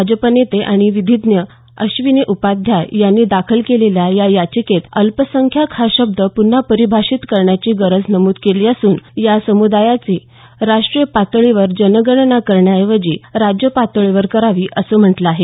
भाजप नेते आणि विधिज्ञ अश्विनी उपाध्याय यांनी दाखल केलेल्या या याचिकेत अल्पसंख्याक हा शब्द प्रन्हा परिभाषित करण्याची गरज नमूद केली असून या समुदायाची राष्टीय पातळीवर जनगणना करण्याऐवजी राज्य पातळीवर करावी असं म्हटलं आहे